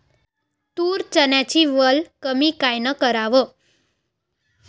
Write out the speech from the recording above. तूर, चन्याची वल कमी कायनं कराव?